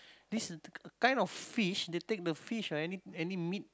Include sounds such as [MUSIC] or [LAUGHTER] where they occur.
this [NOISE] kind of fish they take the fish or any any meat